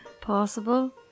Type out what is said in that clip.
possible